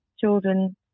children